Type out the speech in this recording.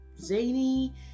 zany